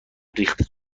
ریختت